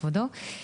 כבודו.